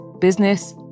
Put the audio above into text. business